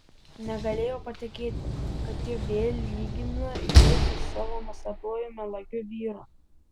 negalėjo patikėti kad ji vėl lygina jį su savo nuostabiuoju melagiu vyru